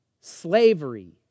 slavery